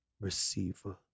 receiver